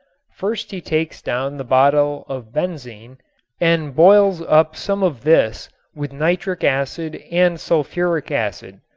first he takes down the bottle of benzene and boils up some of this with nitric acid and sulfuric acid.